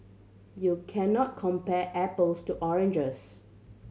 you can not compare apples to oranges